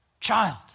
child